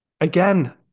again